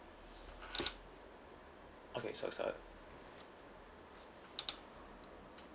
okay so uh